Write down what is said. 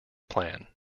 plan